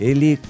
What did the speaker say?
Ele